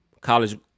college